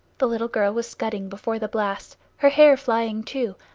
the little girl was scudding before the blast, her hair flying too,